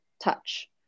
touch